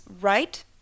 right